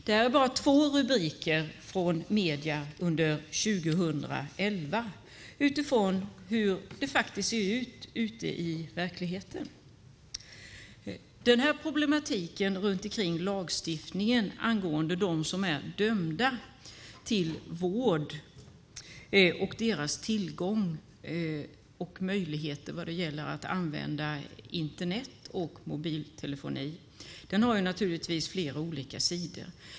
Det här är bara två rubriker från medierna under 2011 utifrån hur det faktiskt ser ut i verkligheten. Den här problematiken runt lagstiftningen angående dem som är dömda till vård och deras möjligheter att använda Internet och mobiltelefoni har naturligtvis flera sidor.